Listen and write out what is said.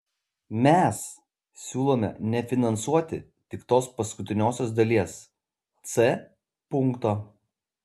mes siūlome nefinansuoti tik tos paskutiniosios dalies c punkto